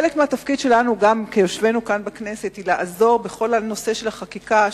חלק מהתפקיד שלנו ביושבנו כאן בכנסת הוא לעזור בכל הנושא של החקיקה,